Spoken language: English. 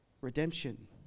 redemption